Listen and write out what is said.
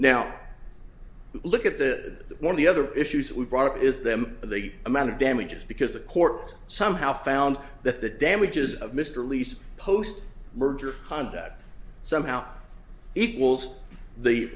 now look at the one the other issues that were brought up is them they amount of damages because the court somehow found that the damages of mr leask post merger conduct somehow equals the